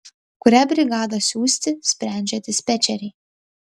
kurią brigadą siųsti sprendžia dispečeriai